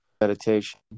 meditation